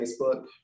Facebook